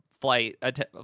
flight